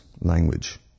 language